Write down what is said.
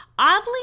Oddly